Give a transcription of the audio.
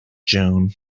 june